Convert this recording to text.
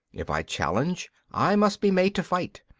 if i challenge i must be made to fight,